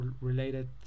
related